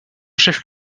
chef